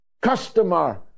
customer